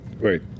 Wait